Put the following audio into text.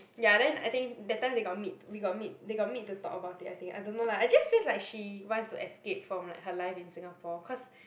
ya then I think that time they got meet we got meet they got meet to talk about it I think I don't know lah I just feel like she wants to escape from like her life in Singapore cause